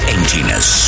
Emptiness